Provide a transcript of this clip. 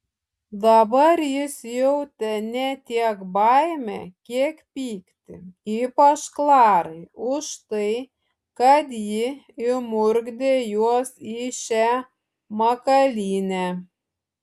dabar jis jautė ne tiek baimę kiek pyktį ypač klarai už tai kad ji įmurkdė juos į šią makalynę